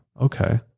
okay